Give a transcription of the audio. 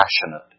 passionate